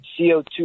CO2